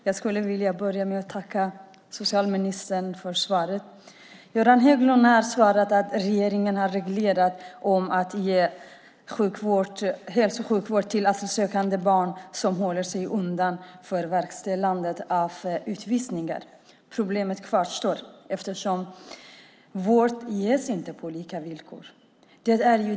Fru talman! Jag tackar socialministern för svaret. Göran Hägglund har svarat att regeringen har reglerat att ge hälso och sjukvård till asylsökande barn som håller sig undan verkställandet av utvisning. Problemet kvarstår. Vård ges inte på lika villkor.